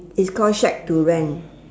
it's called shack to rent